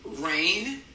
rain